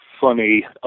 funny